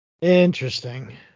Interesting